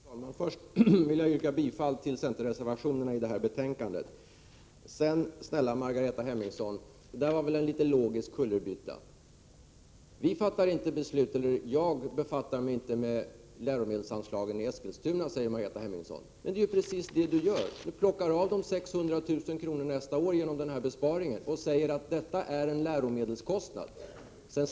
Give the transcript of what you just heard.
Fru talman! Först vill jag yrka bifall till centerreservationerna i detta betänkande. Sedan, snälla Margareta Hemmingsson — det där var väl en logisk kullerbytta? Jag befattar mig inte med läromedelsanslagen i Eskilstuna, säger Margareta Hemmingsson. Men det är precis vad hon gör! Hon plockar av dem 600 000 kr. nästa år genom den här besparingen och säger att detta är en läromedelskostnad.